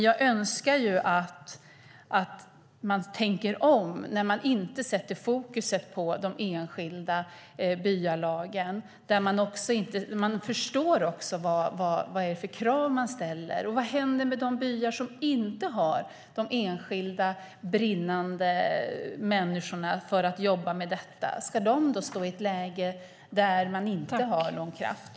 Jag önskar att man tänker om och inte sätter fokus på de enskilda byalagen och att man förstår vilka krav man ställer. Vad händer med de byar som inte har några människor som brinner för att jobba med detta? Ska de inte ha någon kraft?